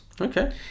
Okay